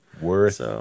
Worth